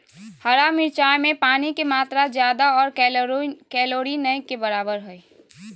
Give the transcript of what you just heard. हरा मिरचाय में पानी के मात्रा ज्यादा आरो कैलोरी नय के बराबर हइ